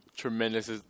Tremendous